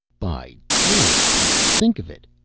by george, peters, think of it!